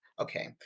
Okay